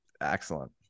excellent